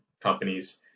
companies